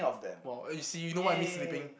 !wow! you see you know why I miss sleeping